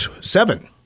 seven